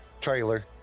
trailer